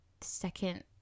second